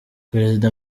perezida